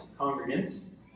congregants